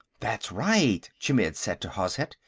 that's right, chmidd said to hozhet.